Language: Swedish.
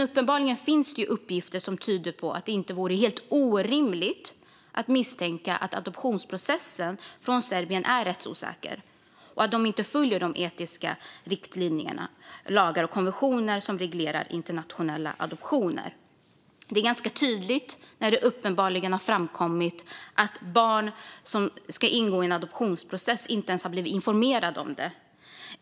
Uppenbarligen finns det dock uppgifter som tyder på att det inte vore orimligt att misstänka att adoptionsprocessen från Serbien är rättsosäker och att man inte följer de etiska riktlinjer, lagar och konventioner som reglerar internationella adoptioner. Det har framkommit ganska tydligt när barn som ska gå in i en adoptionsprocess inte ens har blivit informerade om det.